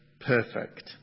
perfect